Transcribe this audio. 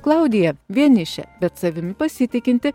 klaudija vienišė bet savimi pasitikinti